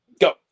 Go